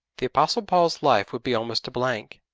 the apostle paul's life would be almost a blank.